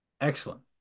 Excellent